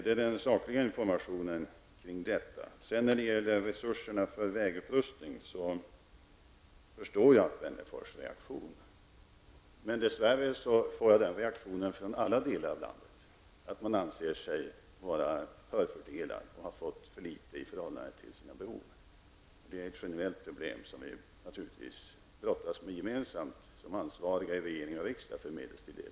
Det här var litet saklig information. Jag förstår Alf Wennerfors reaktion i fråga om resurser för vägupprustning. Dess värre möter jag samma reaktion från alla delar av landet -- man anser sig vara förfördelad och ha fått för litet i förhållande till sina behov. Det är ett generellt problem som vi i regering och riksdag naturligtvis brottas med gemensamt som ansvariga för medelstilldelningen.